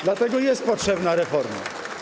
Dlatego jest potrzebna reforma.